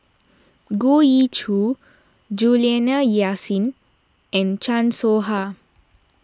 Goh Ee Choo Juliana Yasin and Chan Soh Ha